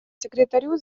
секретарю